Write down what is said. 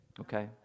Okay